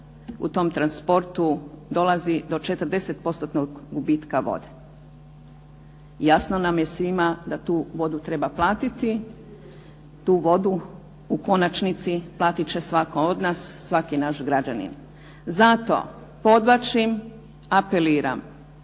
u tom transportu dolazi do 40%-tnom gubitku vode. Jasno nam je svima da tu vodu treba platiti, tu vodu u konačnici platiti će svatko od nas, svaki naš građanin. Zato podvlačim i apeliram,